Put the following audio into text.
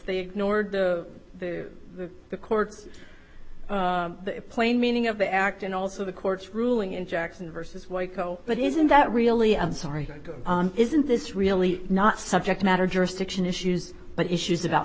they ignored the the courts the plain meaning of the act and also the court's ruling in jackson vs waco but isn't that really i'm sorry isn't this really not subject matter jurisdiction issues but issues about